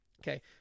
Okay